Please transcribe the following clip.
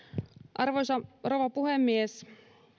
arvoisa rouva puhemies